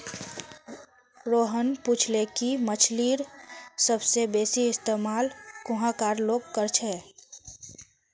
रोहन पूछले कि मछ्लीर सबसे बेसि इस्तमाल कुहाँ कार लोग कर छे